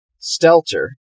Stelter